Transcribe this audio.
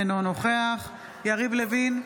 אינו נוכח יריב לוין,